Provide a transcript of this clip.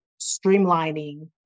streamlining